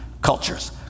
cultures